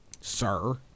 sir